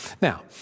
Now